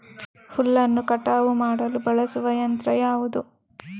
ಹುಲ್ಲನ್ನು ಕಟಾವು ಮಾಡಲು ಬಳಸುವ ಯಂತ್ರ ಯಾವುದು?